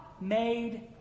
made